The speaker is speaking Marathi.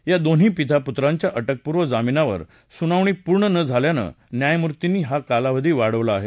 या दोन्ही पिता पुत्रांच्या अटकपूर्व जामीनीवर सुनावणी पूर्ण न झाल्यानं न्यायमूर्तींनी हा कालावधी वाढवला आहे